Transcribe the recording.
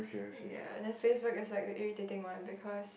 ya then Facebook is like the irritating one because